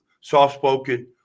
Soft-spoken